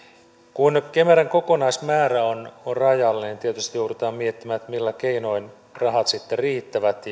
kun kemeran kokonaismäärä on on rajallinen niin tietysti joudutaan miettimään millä keinoin rahat sitten riittävät